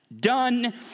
done